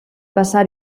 passar